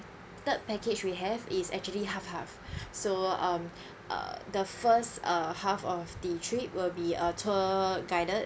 third package we have is actually half half so um uh the first uh half of the trip will be a tour guided